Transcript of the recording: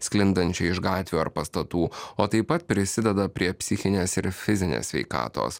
sklindančią iš gatvių ar pastatų o taip pat prisideda prie psichinės ir fizinės sveikatos